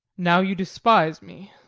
now you despise me.